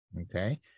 okay